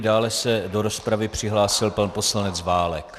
Dále se do rozpravy přihlásil pan poslanec Válek.